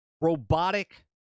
robotic